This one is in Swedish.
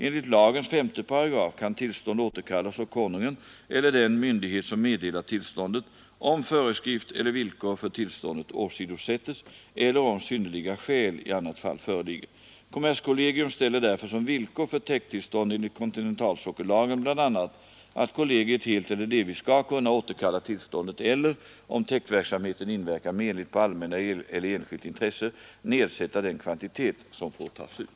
Enligt lagens 5 paragraf kan tillstånd återkallas av Konungen eller den myndighet som meddelat tillståndet, om föreskrift eller villkor för tillståndet åsidosättes eller om synnerliga skäl i annat fall föreligger. Kommerskollegium ställer därför som villkor för täkttillstånd enligt kontinentalsockellagen bl.a. att kollegiet helt eller delvis skall kunna återkalla tillståndet eller — om täktverksamheten inverkar menligt på allmänna eller enskilda intressen — nedsätta den kvantitet som får tas ut.